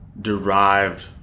derived